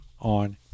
on